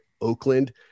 Oakland